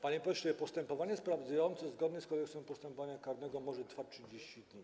Panie pośle, postępowanie sprawdzające zgodnie z Kodeksem postępowania karnego może trwać 30 dni.